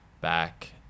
back